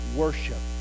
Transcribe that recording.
worship